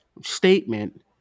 statement